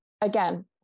again